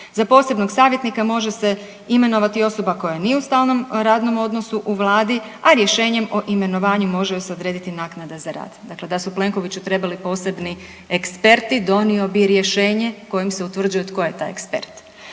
Za posebnog savjetnika može se imenovati osoba koja nije u stalnom radnom odnosu u Vladi a rješenjem o imenovanjem može joj se odrediti naknada za rad. Dakle da su Plenkoviću trebali posebni eksperti donio bi rješenje kojim se utvrđuje tko je taj ekspert,